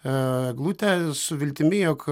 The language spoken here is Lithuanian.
eglutę su viltimi jog